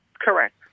Correct